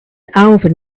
alvin